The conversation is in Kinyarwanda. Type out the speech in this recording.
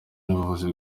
n’ubuvuzi